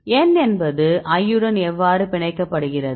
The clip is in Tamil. n என்பது i யுடன் எவ்வாறு பிணைக்கப்படுகிறது